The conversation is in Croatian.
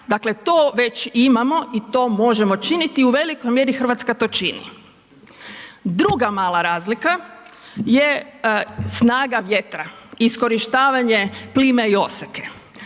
Dakle, to već imamo i to možemo činiti, u velikoj mjeri Hrvatska to čini. Druga mala razlika je snaga vjetra, iskorištavanje plime i oseke.